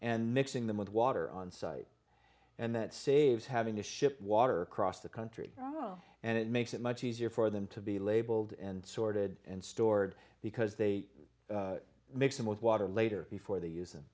and mixing them with water on site and that saves having to ship water across the country well and it makes it much easier for them to be labeled and sorted and stored because they mix them with water later before they use them